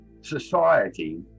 society